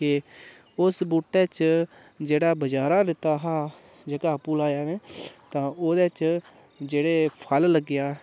ते उस बूह्टे च जेह्ड़ा बाज़ारा लैता हा जेह्का आपूं लाया में तां ओह्दे च जेह्ड़े फल लग्गेआ तां